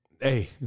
Hey